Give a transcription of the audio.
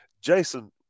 jason